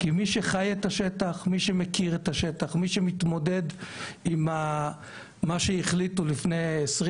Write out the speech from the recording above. מי שחי את השטח ומתמודד עם החלטות שנתקבלו לפני 30